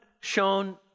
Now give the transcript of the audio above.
shown